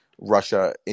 russia